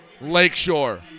Lakeshore